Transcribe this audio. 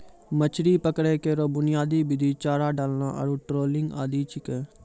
मछरी पकड़ै केरो बुनियादी विधि चारा डालना आरु ट्रॉलिंग आदि छिकै